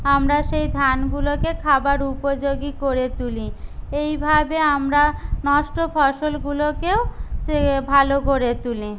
আমরা সেই ধানগুলোকে খাবার উপযোগী করে তুলি এইভাবে আমরা নষ্ট ফসলগুলোকেও সে ভালো করে তুলি